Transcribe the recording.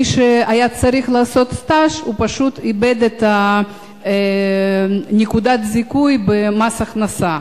מי שהיה צריך לעשות סטאז' פשוט איבד את נקודת הזיכוי במס הכנסה.